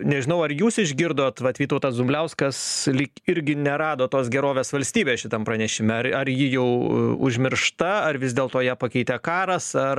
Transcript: nežinau ar jūs išgirdot vat vytautas dumbliauskas lyg irgi nerado tos gerovės valstybę šitam pranešime ar ar ji jau užmiršta ar vis dėlto ją pakeitė karas ar